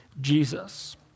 Jesus